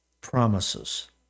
promises